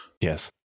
Yes